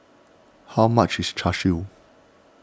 how much is Char Siu